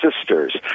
sisters